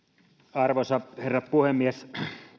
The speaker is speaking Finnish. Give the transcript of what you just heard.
arvoisa herra puhemies